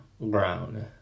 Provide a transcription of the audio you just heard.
Brown